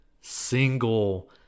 single